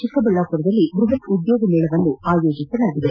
ಚಿಕ್ಕಬಳ್ಳಾಪುರದಲ್ಲಿ ಬೃಹತ್ ಉದ್ಯೋಗ ಮೇಳವನ್ನು ಆಯೋಜಿಸಲಾಗಿದೆ